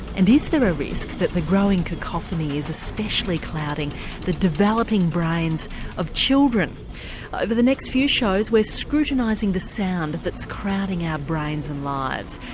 and is there a risk that the growing cacophony is especially clouding the developing brains of children? over the next few shows we're scrutinising the sound that's crowding our brains and lives.